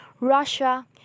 Russia